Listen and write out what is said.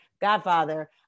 godfather